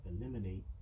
eliminate